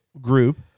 group